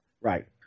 Right